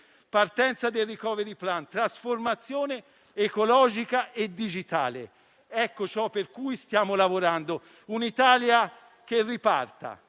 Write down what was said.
partenza del *recovery plan*; trasformazione ecologica e digitale. Ecco ciò per cui stiamo lavorando: un'Italia che riparta,